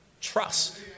Trust